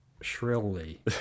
shrilly